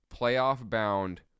playoff-bound